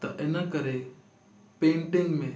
त इनकरे पेंटिंग में